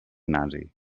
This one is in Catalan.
nazi